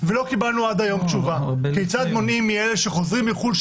ולא קיבלנו עד היום תשובה כיצד מונעים מאלה שחוזרים מחו"ל,